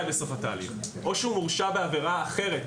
בסוף התהליך או שהוא מורשע בעבירה אחרת,